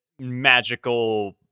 magical